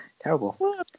Terrible